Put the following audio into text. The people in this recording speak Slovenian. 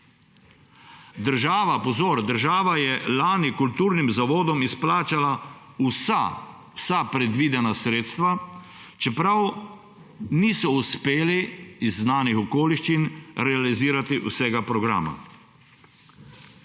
država je lani kulturnim zavodom izplačala vsa predvidena sredstva, čeprav niso uspeli iz znanih okoliščin realizirati vsega programa.